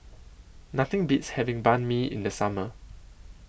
Nothing Beats having Banh MI in The Summer